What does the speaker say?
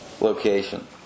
Location